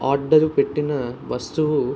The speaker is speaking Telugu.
ఆర్డర్ పెట్టిన వస్తువు